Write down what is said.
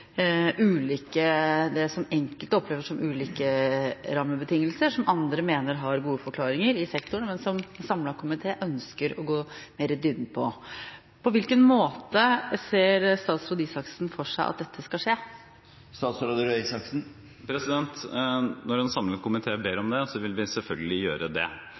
ulike rammebetingelser, og som andre mener har gode forklaringer i sektoren, men som en samlet komité ønsker å gå mer i dybden på. På hvilken måte ser statsråd Røe Isaksen for seg at dette skal skje? Når en samlet komité ber om det, vil vi selvfølgelig gjøre det.